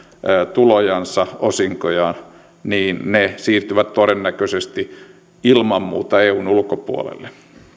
tulojansa osinkojaan siirtyvät todennäköisesti ilman muuta eun ulkopuolelle